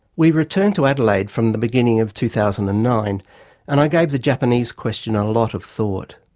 we returned to adelaide from the beginning of two thousand and nine and i gave the japanese question a lot of thought.